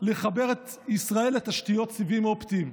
לחבר את ישראל לתשתיות סיבים אופטיים.